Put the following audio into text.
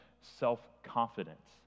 self-confidence